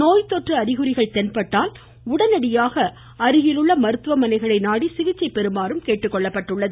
நோய்த்தொற்று அறிகுறிகள் தென்பட்டால் உடனடியாக அருகில் உள்ள மருத்துவமனைகளை நாடி சிகிச்சை பெறுமாறும் கேட்டுக்கொள்ளப்பட்டுள்ளது